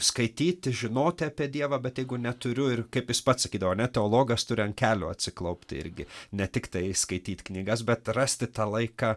skaityti žinoti apie dievą bet jeigu neturiu ir kaip jis pats sakydavo a ne teologas turi ant kelių atsiklaupti irgi ne tiktai skaityt knygas bet rasti tą laiką